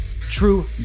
True